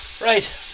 right